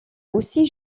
aussi